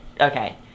Okay